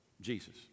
Jesus